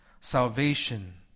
Salvation